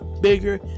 bigger